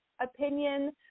opinion